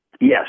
Yes